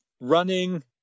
running